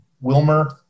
Wilmer